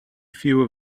few